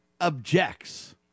objects